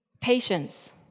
patience